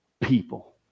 people